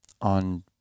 on